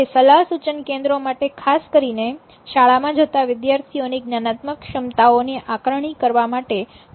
તે સલાહ સૂચન કેન્દ્રો માટે ખાસ કરીને શાળામાં જતા વિદ્યાર્થીઓ ની જ્ઞાનાત્મક ક્ષમતાઓ ની આકારણી કરવા માટે ખૂબ મદદરૂપ થાય છે